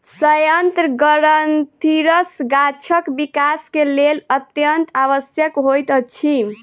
सयंत्र ग्रंथिरस गाछक विकास के लेल अत्यंत आवश्यक होइत अछि